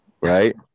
Right